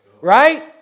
Right